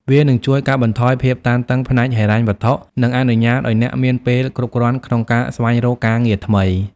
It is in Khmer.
វានឹងជួយកាត់បន្ថយភាពតានតឹងផ្នែកហិរញ្ញវត្ថុ និងអនុញ្ញាតឲ្យអ្នកមានពេលគ្រប់គ្រាន់ក្នុងការស្វែងរកការងារថ្មី។